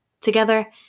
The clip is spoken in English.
Together